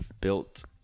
built